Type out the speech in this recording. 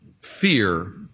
fear